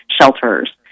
shelters